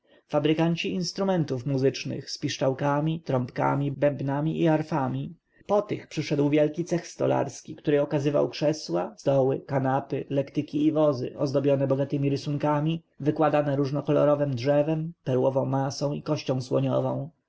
fabrykanci instrumentów muzycznych z piszczałkami trąbkami bębnami i arfami po tych przyszedł wielki cech stolarski który okazywał krzesła stoły kanapy lektyki i wozy ozdobione bogatemi rysunkami wykładane różnokolorowem drzewem perłową masą i kością słoniową